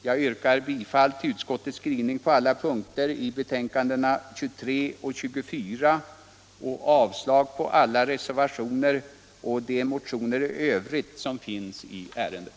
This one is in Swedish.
Jag yrkar bifall till utskottets skrivning på alla punkter i betänkandena 23 och 24 samt avslag på alla reservationer och de motioner som i övrigt finns i ärendet.